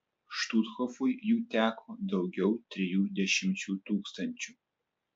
štuthofui jų teko daugiau trijų dešimčių tūkstančių